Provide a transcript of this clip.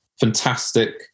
fantastic